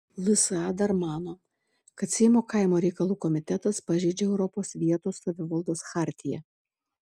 lsa dar mano kad seimo kaimo reikalų komitetas pažeidžia europos vietos savivaldos chartiją